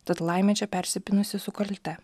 tad laimė čia persipynusi su kalte